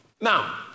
now